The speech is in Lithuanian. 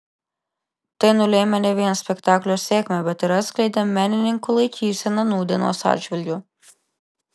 tai nulėmė ne vien spektaklio sėkmę bet ir atskleidė menininkų laikyseną nūdienos atžvilgiu